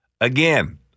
Again